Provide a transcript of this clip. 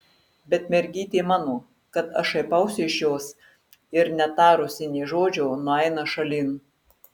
bet mergytė mano kad aš šaipausi iš jos ir netarusi nė žodžio nueina šalin